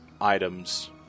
items